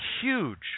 huge